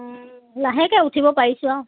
লাহেকে উঠিব পাৰিছোঁ আৰু